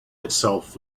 itself